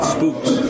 Spooks